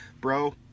bro